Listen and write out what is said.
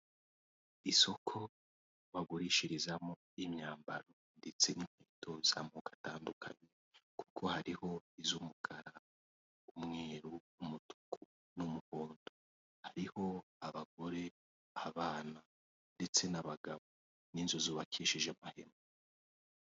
Isoko bagurishirizamo imyambaro ndetse n'inkweto z'amoko atandukanye, kuko hariho iz'umukara, umweru umutuku n'umuhondo, hariho abagore, abana ndetse n'abagabo n'inzu zubakishije amahema.